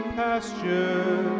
pasture